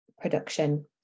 production